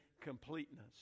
completeness